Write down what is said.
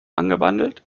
angebandelt